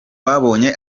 babonye